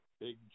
Big